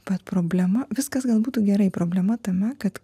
bet problema viskas gal būtų gerai problema tame kad